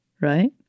Right